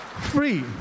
Free